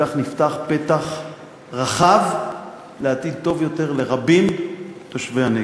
בכך נפתח פתח רחב לעתיד טוב יותר לרבים מתושבי הנגב.